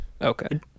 Okay